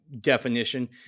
definition